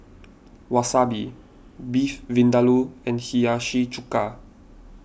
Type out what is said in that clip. Wasabi Beef Vindaloo and Hiyashi Chuka